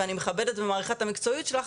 ואני מכבדת ומעריכה את המקצועיות שלך,